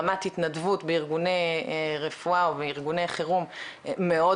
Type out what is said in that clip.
רמת התנדבות בארגוני רפואה וארגוני חירום מאוד